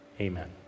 Amen